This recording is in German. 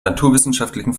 naturwissenschaftlichen